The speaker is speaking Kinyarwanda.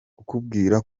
kukubwira